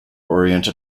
oriented